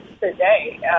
today